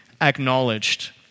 acknowledged